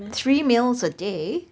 three meals a day